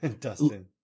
Dustin